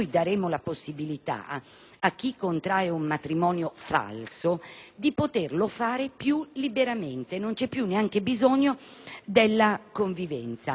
chi contrae un matrimonio falso di poterlo fare più liberamente; non c'è più neanche bisogno della convivenza. Sul